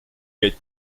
get